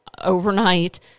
overnight